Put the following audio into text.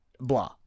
blah